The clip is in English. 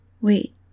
Wait